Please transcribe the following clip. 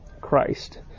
Christ